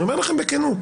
אני אומר לכם בכנות,